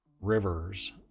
rivers